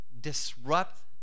disrupt